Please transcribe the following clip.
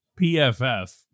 PFF